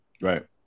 Right